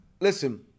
listen